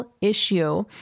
issue